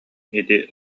ити